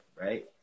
right